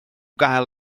gael